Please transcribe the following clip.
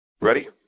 Ready